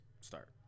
start